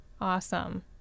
Awesome